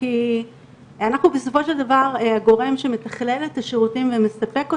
כי אנחנו בסופו של דבר הגורם שמתכלל את השירותים ומספק אותם.